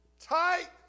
tight